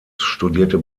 studierte